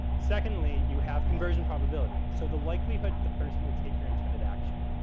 secondly you have conversion probability. so, the likelihood the person will take your intended action.